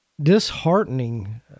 disheartening